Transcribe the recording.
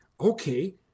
okay